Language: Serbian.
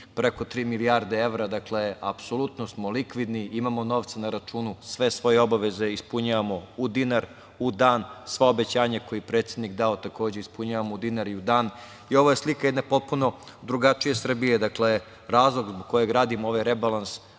preko tri milijarde evra. Dakle, apsolutno smo likvidni, imamo novca na računu, sve svoje obaveze ispunjavamo u dinar, u dan. Sva obećanja koja je predsednik dao, takođe ispunjavamo u dinar i u dan. Ovo je slika jedne potpuno drugačije Srbije. Razlog zbog kojeg radimo ovaj rebalans,